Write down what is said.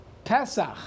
Pesach